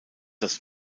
das